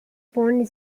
phone